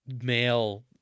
male